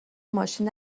ماشین